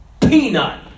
peanut